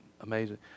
amazing